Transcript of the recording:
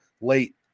late